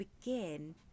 begin